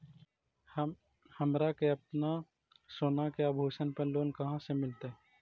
हमरा के अपना सोना के आभूषण पर लोन कहाँ से मिलत?